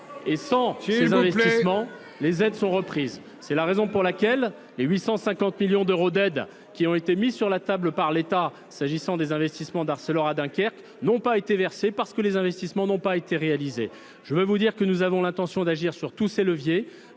et sans ces investissements, les aides sont reprises. C'est la raison pour laquelle les 850 millions d'euros d'aide qui ont été mis sur la table par l'Etat, s'agissant des investissements d'Arcelora-Dunquerque, n'ont pas été versés parce que les investissements n'ont pas été réalisés. Je veux vous dire que nous avons l'intention d'agir sur tous ces leviers.